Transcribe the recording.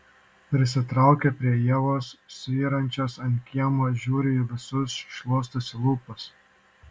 prisitraukia prie ievos svyrančios ant kiemo žiūri į visus šluostosi lūpas